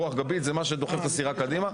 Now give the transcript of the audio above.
רוח גבית זה מה שדוחף את הסירה קדימה.